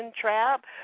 trap